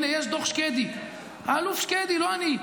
הינה, יש דוח שקדי, האלוף שקדי, לא אני.